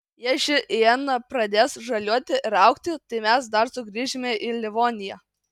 jei ši iena pradės žaliuoti ir augti tai mes dar sugrįšime į livoniją